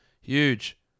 Huge